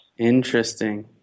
Interesting